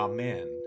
Amen